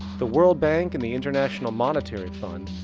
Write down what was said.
the world bank and the international monetary fund,